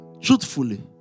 Truthfully